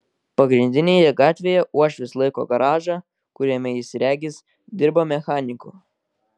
pagrindinėje gatvėje uošvis laiko garažą kuriame jis regis dirba mechaniku